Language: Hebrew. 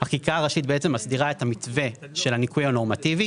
החקיקה הראשית מסדירה את המתווה של הניכוי הנורמטיבי